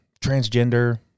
transgender